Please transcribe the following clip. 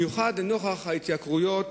בעיקר נוכח ההתייקרויות